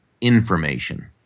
information